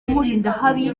mulindahabi